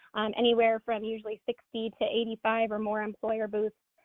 anywhere from usually sixty to eighty five or more employer booths,